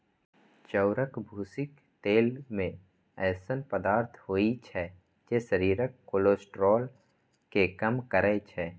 चाउरक भूसीक तेल मे एहन पदार्थ होइ छै, जे शरीरक कोलेस्ट्रॉल कें कम करै छै